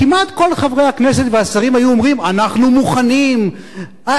כמעט כל חברי הכנסת והשרים היו אומרים: אנחנו מוכנים הערב,